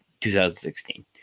2016